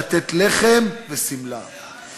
לתת לחם ושמלה',